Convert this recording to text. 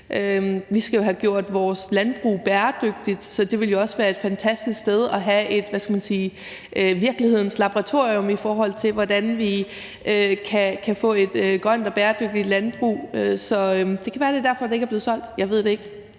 Vi skal jo have gjort vores landbrug bæredygtigt, så det ville også være et fantastisk sted at have et, man kan sige virkelighedens laboratorium, i forhold til hvordan vi kan få et grønt og bæredygtigt landbrug. Så det kan være derfor, det ikke er blevet solgt. Jeg ved det ikke